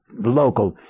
local